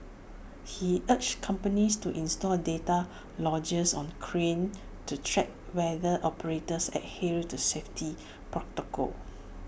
he urged companies to install data loggers on cranes to track whether operators adhere to safety protocols